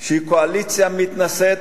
שהיא קואליציה מתנשאת,